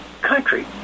country